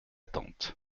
tante